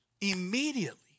immediately